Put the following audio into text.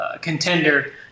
contender